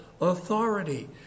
authority